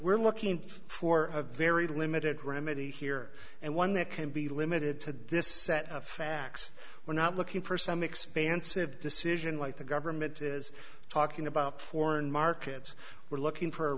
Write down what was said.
we're looking for a very limited remedy here and one that can be limited to this set of facts we're not looking for some expansive decision like the government is talking about foreign markets we're looking for